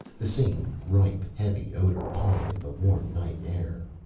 the same ripe, heavy odor hung in the warm night air.